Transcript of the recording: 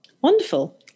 Wonderful